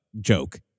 joke